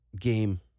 game